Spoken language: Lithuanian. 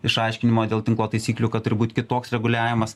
išaiškinimo dėl tinko taisyklių kad turbūt kitoks reguliavimas